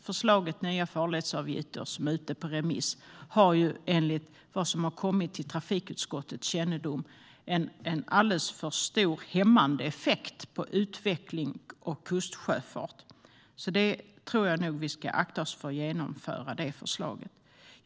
Förslaget om nya farledsavgifter, som nu är ute på remiss, har enligt vad som har kommit till trafikutskottets kännedom en alldeles för hämmande effekt på utvecklingen av kustsjöfart. Jag tror nog att vi ska akta oss för att genomföra det förslaget.